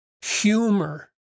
Humor